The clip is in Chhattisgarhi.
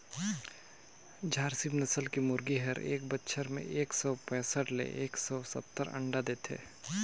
झारसीम नसल के मुरगी हर बच्छर में एक सौ पैसठ ले एक सौ सत्तर अंडा देथे